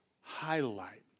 highlight